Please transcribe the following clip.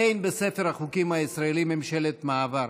אין בספר החוקים הישראלי ממשלת מעבר.